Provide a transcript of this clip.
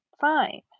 fine